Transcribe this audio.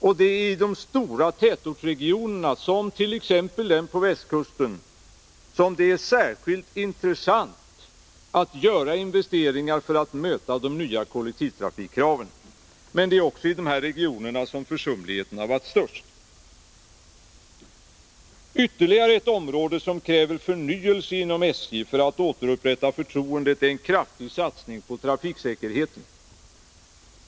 Det är i de stora tätortsregionerna, t.ex. den på västkusten, som det är särskilt intressant att göra investeringar för att möta de nya kollektivtrafikkraven. Men det är också i dessa regioner som försumligheten har varit störst. Ytterligare ett område som kräver förnyelse inom SJ för att förtroendet skall återupprättas är trafiksäkerhetsområdet. Det behövs en kraftig satsning på trafiksäkerheten.